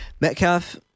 Metcalf